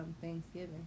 thanksgiving